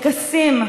לטקסים,